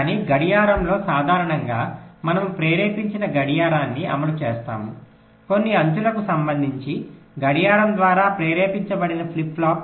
కానీ గడియారంలో సాధారణంగా మనము ప్రేరేపించిన గడియారాన్ని అమలు చేస్తాము కొన్ని అంచులకు సంబంధించి గడియారం ద్వారా ప్రేరేపించబడిన ఫ్లిప్ ఫ్లాప్